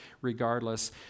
regardless